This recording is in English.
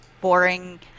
boring